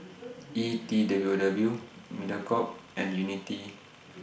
E T W W Mediacorp and Unity